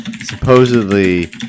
supposedly